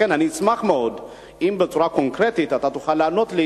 לכן אני אשמח מאוד אם אתה תוכל לענות לי